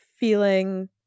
feeling